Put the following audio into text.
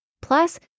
plus